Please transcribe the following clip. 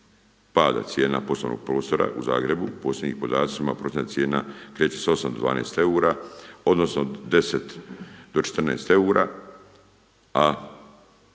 pada cijena poslovnog prostora u Zagrebu, po posljednjim podacima posljednja cijena kreće se od 8 do 12 eura, odnosno 10 do 14 eura a